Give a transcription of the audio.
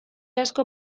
asko